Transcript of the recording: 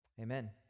Amen